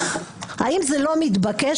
האם זה לא מתבקש?